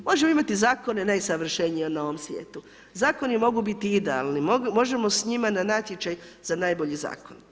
Možemo imati zakone najsavršenije na ovom svijetu, zakoni mogu biti idealni, možemo s njima na natječaj za najbolji zakon.